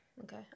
Okay